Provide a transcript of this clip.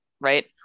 right